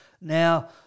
Now